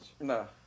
No